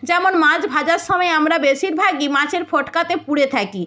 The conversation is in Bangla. যেমন মাছ ভাজার সমায় আমরা বেশির ভাগই মাছের ফটকাতে পুড়ে থাকি